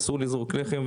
אסור לזרוק לחם,